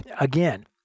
Again